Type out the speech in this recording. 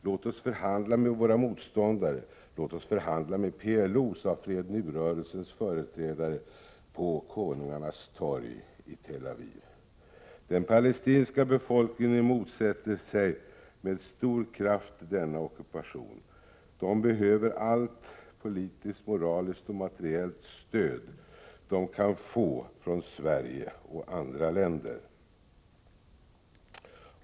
Låt oss förhandla med våra motståndare, låt oss förhandla med PLO, sade Fred Nu-rörelsens företrädare på Konungarnas torg i Tel Aviv. Den palestinska befolkningen motsätter sig med stor kraft denna ockupation. Den behöver allt politiskt, moraliskt och materiellt stöd den kan få från Sverige och andra länder.